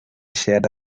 shared